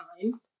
time